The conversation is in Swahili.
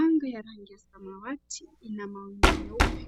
Anga ya rangi ya samawati ina mawingu meupe.